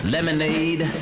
Lemonade